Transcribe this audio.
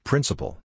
Principle